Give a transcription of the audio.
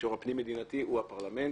במישור הפנים-מדינתי הוא הפרלמנט,